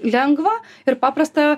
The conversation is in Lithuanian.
lengva ir paprasta